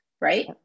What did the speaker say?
right